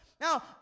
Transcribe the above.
Now